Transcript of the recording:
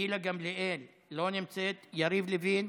גילה גמליאל, לא נמצאת, יריב לוין,